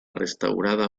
restaurada